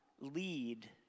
lead